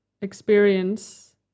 experience